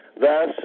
thus